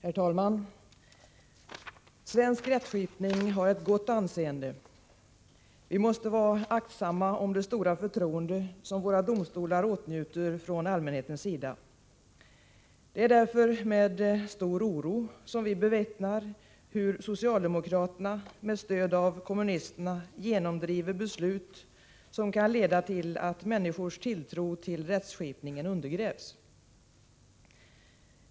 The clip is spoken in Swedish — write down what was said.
Herr talman! Svensk rättskipning har ett gott anseende. Vi måste vara aktsamma om det stora förtroende som våra domstolar åtnjuter från allmänhetens sida. Det är därför med stor oro som vi bevittnar hur socialdemokraterna med stöd av kommunisterna genomdriver beslut som kan leda till att människors tilltro till rättskipningen undergrävs.